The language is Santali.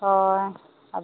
ᱦᱳᱭ ᱟᱫᱚ